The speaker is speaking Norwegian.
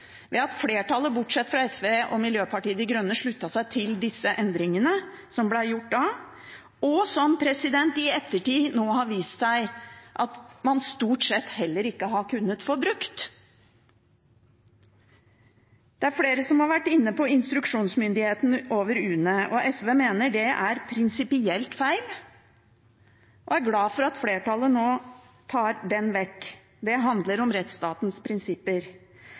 ved at flertallet, bortsett fra SV og Miljøpartiet De Grønne, sluttet seg til de endringene som da ble gjort, og som det i ettertid har vist seg at man stort sett heller ikke har kunnet bruke. Det er flere som har vært inne på instruksjonsmyndigheten over UNE. SV mener det er prinsipielt feil og er glade for at flertallet nå tar den vekk. Det handler om rettsstatens prinsipper.